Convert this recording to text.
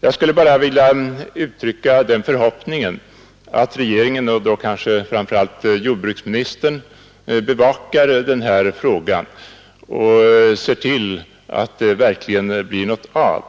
Jag skulle bara vilja uttrycka den förhoppningen att regeringen — och då kanske framför allt jordbruksministern — bevakar den här frågan och ser till att det verkligen blir någonting av.